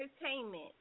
entertainment